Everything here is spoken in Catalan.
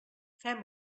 fem